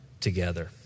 together